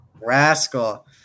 rascal